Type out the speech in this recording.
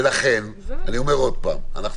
ולכן, אני אומר דבר אחד, אנחנו